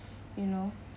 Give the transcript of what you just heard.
you know